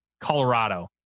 Colorado